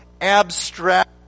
abstract